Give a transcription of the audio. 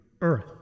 Earth